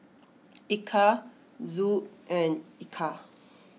Eka Zul and Eka